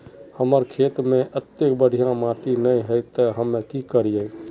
हमर खेत में अत्ते बढ़िया माटी ने है ते हम की करिए?